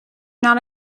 not